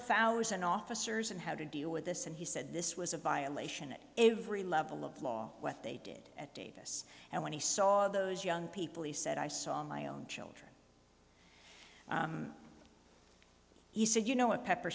thousand officers in how to deal with this and he said this was a violation of every level of law what they did at davis and when he saw those young people he said i saw my own children he said you know what pepper